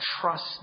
trust